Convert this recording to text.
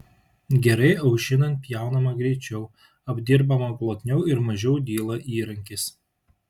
gerai aušinant pjaunama greičiau apdirbama glotniau ir mažiau dyla įrankis